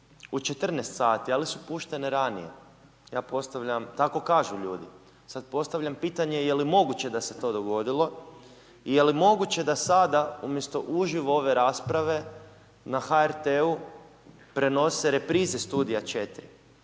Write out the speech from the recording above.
u 14:00 sati, ali su puštene ranije, ja postavljam, tako kažu ljudi, sad postavljam pitanje je li moguće da se to dogodilo, je li moguće da sada umjesto uživo ove rasprave na HRT-u prenose reprize Studija 4?